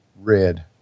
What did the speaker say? red